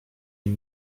nim